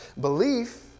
Belief